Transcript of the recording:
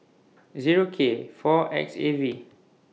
Zero K four X A V